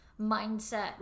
mindset